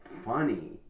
funny